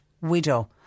widow